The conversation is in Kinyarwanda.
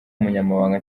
umunyamabanga